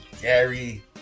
Gary